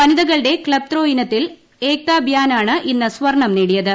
വനിതകളുടെ club throw ഇനത്തിൽ ഏക്തബ്യാനാണ് ഇന്ന് സ്വർണ്ണം നേടിയത്